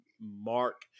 mark